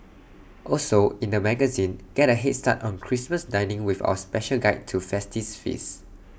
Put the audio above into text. also in the magazine get A Head start on Christmas dining with our special guide to festive feasts